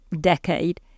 decade